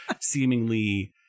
seemingly